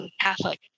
Catholic